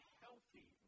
healthy